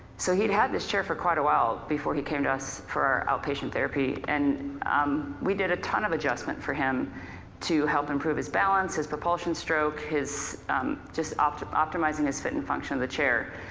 so he'd had this chair for quite a while before he came to us for outpatient therapy. and we did a ton of adjustment for him to help improve his balance, his propulsion stroke, his just um optimizing his fit and function of the chair.